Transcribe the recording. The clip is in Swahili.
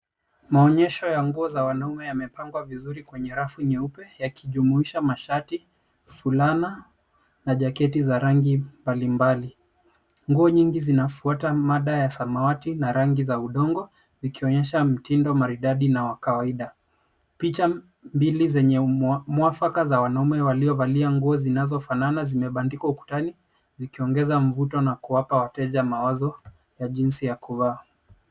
Maonyesho ya nguo za wanaume yamepangwa vizuri kwenye rafu nyeupe, yakijumuisha mashati, fulana na jaketi za rangi mbalimbali. Nguo nyingi zinafuata mada ya samawati na rangi za udongo, zikionyesha mtindo maridadi na wa kawaida. Picha mbili zenye mwafaka za wanaume waliovalia nguo zinazofanana, zimebandikwa ukutani zikiongeza mvuto na kuwapa wateja mawazo ya jinsi ya kuvaa.